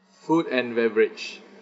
food and beverage